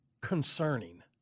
concerning